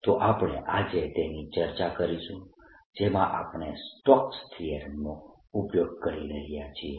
તો આપણે આજે તેની ચર્ચા કરીશું જેમાં આપણે સ્ટોક્સ થીયરમ નો ઉપયોગ કરી રહ્યા છીએ